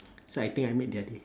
so I think I made their day